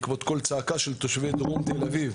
בעקבות קול צעקה של תושבי דרום תל-אביב,